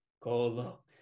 Colo